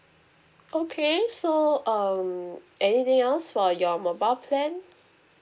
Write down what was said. okay so uh anything else for your mobile plan